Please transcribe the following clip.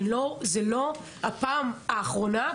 אבל זאת לא הפעם האחרונה,